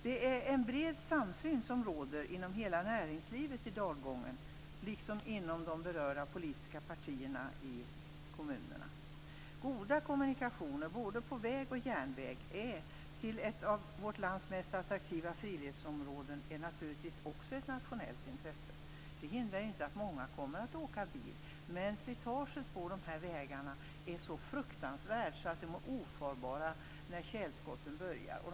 Det råder en bred samsyn inom hela näringslivet i dalgången, liksom inom de berörda politiska partierna i kommunerna. Goda kommunikationer, både på väg och på järnväg, till ett av vårt lands mest attraktiva friluftsområden är naturligtvis också ett nationellt intresse. Det hindrar inte att många kommer att åka bil, men slitaget på de här vägarna är så fruktansvärt att vägarna är ofarbara när tjälskotten börjar komma.